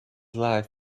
life